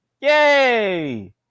Yay